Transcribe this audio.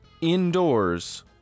indoors